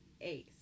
Ace